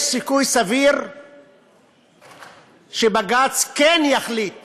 יש סיכוי סביר שבג"ץ כן יחליט